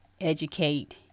educate